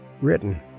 Written